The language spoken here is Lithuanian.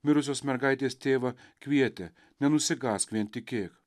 mirusios mergaitės tėvą kvietė nenusigąsk vien tikėk